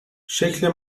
شکل